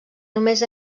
només